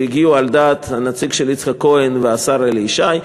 שהגיעו אליו על דעת הנציג של יצחק כהן והשר אלי ישי.